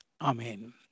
Amen